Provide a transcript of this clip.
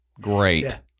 great